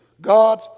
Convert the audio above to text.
god